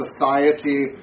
society